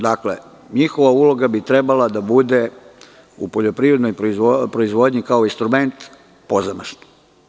Dakle, njihova uloga bi trebala da bude u poljoprivrednoj proizvodnji kao instrument pozamašna.